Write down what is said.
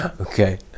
Okay